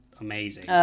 amazing